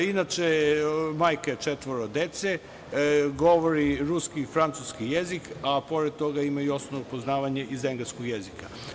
Inače je majka četvoro dece, govori ruski i francuski jezik, a pored toga ima osnovno poznavanje iz engleskog jezika.